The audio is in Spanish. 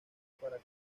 para